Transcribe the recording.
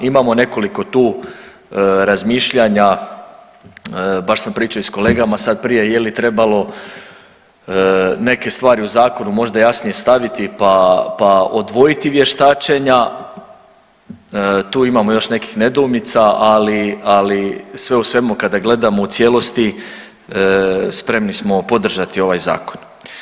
Imamo nekoliko tu razmišljanja, baš sam pričao i s kolegama sad prije je li trebalo neke stvari u zakonu možda jasnije staviti pa odvojiti vještačenja, tu imamo još nekih nedoumica, ali sve u svemu kada gledamo u cijelosti spremni smo podržati ovaj zakon.